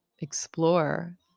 explore